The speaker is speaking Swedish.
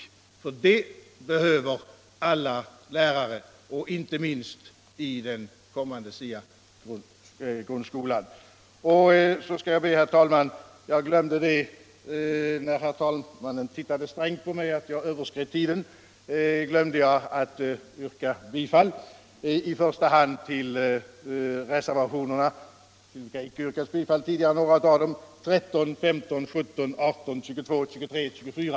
Denna behöver alla lärare, inte minst i den kommande SIA-grundskolan. Då herr talmannen tittade strängt på mig för att jag överskred tiden i mitt förra anförande, glömde jag att framställa något yrkande och ber därför nu att få yrka bifall till reservationerna 13, 15, 17, 18, 22 och 24.